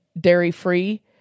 dairy-free